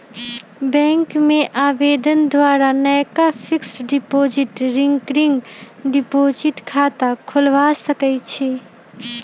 bank में आवेदन द्वारा नयका फिक्स्ड डिपॉजिट, रिकरिंग डिपॉजिट खता खोलबा सकइ छी